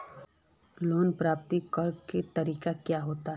Loan प्राप्त करे के तरीका की होते?